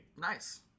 Nice